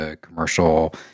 commercial